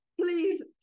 please